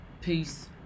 peace